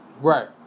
Right